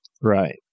Right